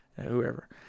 whoever